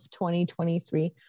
2023